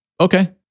Okay